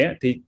thì